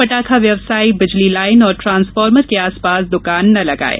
पटाखा व्यवसायी बिजली लाईन और टांसफार्मर के आसपास दुकान नहीं लगाये